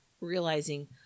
realizing